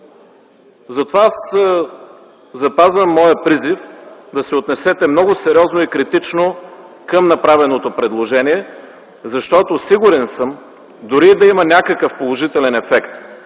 Затова аз запазвам моя призив да се отнесете много сериозно и критично към направеното предложение, защото съм сигурен, че дори и да има някакъв положителен ефект,